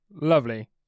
Lovely